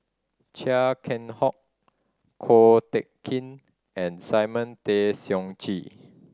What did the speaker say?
Chia Keng Hock Ko Teck Kin and Simon Tay Seong Chee